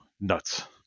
nuts